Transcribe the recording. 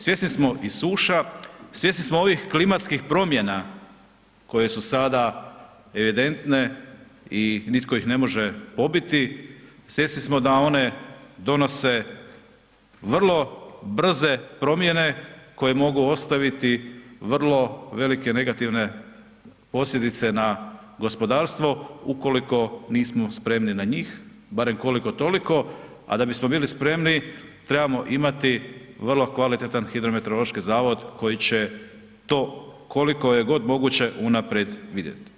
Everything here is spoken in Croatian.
Svjesni smo i suša, svjesni smo ovih klimatskih promjena koje su sada evidentne i nitko ih ne može pobiti, svjesni smo da one donose vrlo brze promjene koje mogu ostaviti vrlo velike negativne posljedice na gospodarstvo ukoliko nismo spremni na njih barem koliko, toliko, a da bismo bili spremni trebamo imati vrlo kvalitetan hidrometeorološki zavod koji će to koliko je god moguće unaprijed vidjet.